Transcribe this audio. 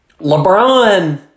LeBron